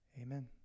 Amen